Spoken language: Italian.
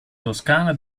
toscana